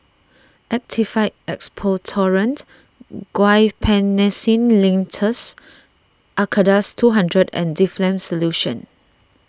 Actified Expectorant Guaiphenesin Linctus Acardust two hundred and Difflam Solution